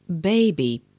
Baby